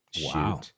wow